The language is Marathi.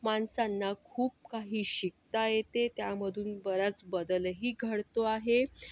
माणसांना खूप काही शिकता येते त्यामधून बराच बदलही घडतो आहे